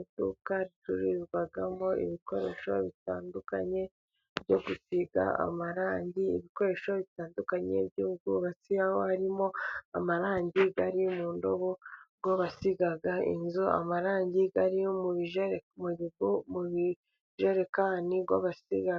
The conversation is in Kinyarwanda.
Iduka ricururizwamo ibikoresho bitandukanye byo gusiga amarangi, ibikoresho bitandukanye by'ubwubatsi, aho harimo amarangi ari mu ndobo, ubwo basiga inzu, amarangi ari mu ijerekani mu bivu mu bijerekani bwo basiga,